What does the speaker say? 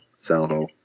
Salvo